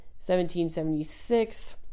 1776